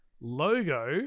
logo